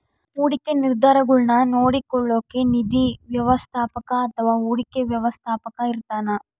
ಹೂಡಿಕೆ ನಿರ್ಧಾರಗುಳ್ನ ನೋಡ್ಕೋಳೋಕ್ಕ ನಿಧಿ ವ್ಯವಸ್ಥಾಪಕ ಅಥವಾ ಹೂಡಿಕೆ ವ್ಯವಸ್ಥಾಪಕ ಇರ್ತಾನ